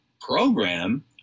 program –